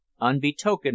unbetokened